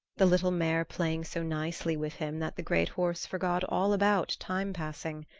the little mare playing so nicely with him that the great horse forgot all about time passing.